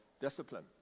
discipline